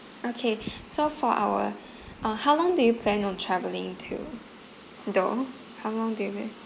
okay so for our uh how long do you plan on travelling to though how long do you plan